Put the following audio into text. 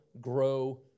grow